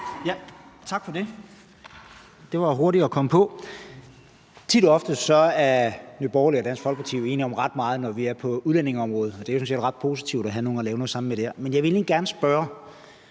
Tak for det. Det var hurtigt at komme på. Tit og ofte er Nye Borgerlige og Dansk Folkeparti jo enige om ret meget på udlændingeområdet; det er sådan set ret positivt at have nogle at lave noget sammen med der. Men når Nye Borgerlige går med